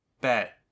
Bet